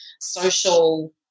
social